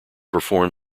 perform